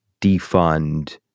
defund